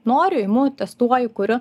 noriu imu testuoji kuriu